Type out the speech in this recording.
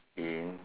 in